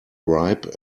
ripe